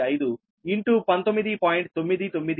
995 in two 19